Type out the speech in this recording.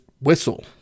whistle